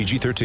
PG-13